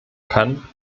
kann